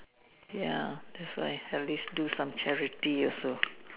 ya that's why at least do some charity also